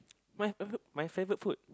my favourite my favourite food